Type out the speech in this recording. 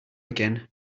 again